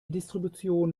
distribution